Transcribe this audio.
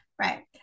Right